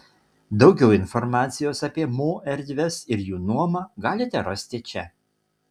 daugiau informacijos apie mo erdves ir jų nuomą galite rasti čia